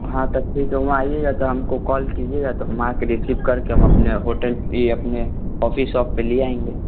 हाँ तो ठीक है वहाँ आइएगा तो हमको कॉल कीजिएगा तो हम आकर रिसीव करके हम अपने होटल ये अपने कॉफी शॉप पर ले आएँगे